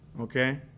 Okay